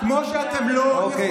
מי שהוא, אדם.